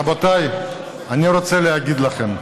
רבותיי, אני רוצה להגיד לכם.